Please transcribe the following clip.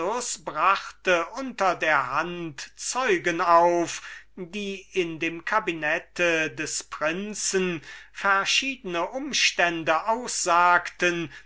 brachte unter der hand verschiedene zeugen auf welche in dem cabinet des prinzen verschiedene umstände aussagten